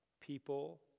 people